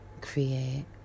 create